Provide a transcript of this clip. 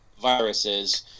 viruses